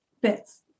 bits